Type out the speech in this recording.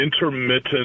intermittent